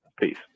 Peace